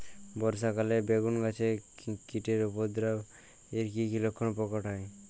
বর্ষা কালে বেগুন গাছে কীটের উপদ্রবে এর কী কী লক্ষণ প্রকট হয়?